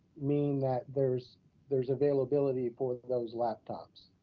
meaning that there's there's availability for those laptops.